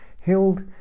held